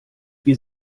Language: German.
wir